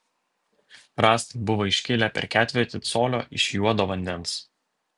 rąstai buvo iškilę per ketvirtį colio iš juodo vandens